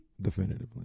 Definitively